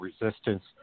resistance